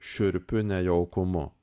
šiurpiu nejaukumu